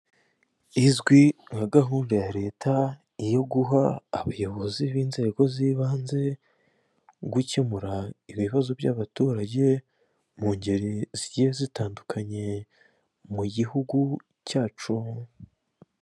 Izwi nka gahunda ya Leta yo guha abayobozi b'inzego z'ibanze, gukemura ibibazo by'abaturage, mu ngeri zigiye zitandukanye mu gihugu cyacu.